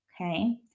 okay